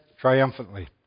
triumphantly